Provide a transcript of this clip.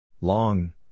Long